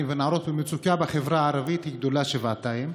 ונערות במצוקה בחברה הערבית היא גדולה שבעתיים.